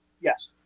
Yes